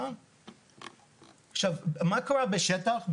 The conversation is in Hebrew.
מה קרה בשטח?